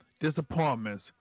Disappointments